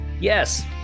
Yes